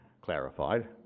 clarified